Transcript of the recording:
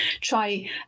try